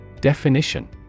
Definition